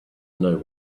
know